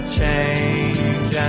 change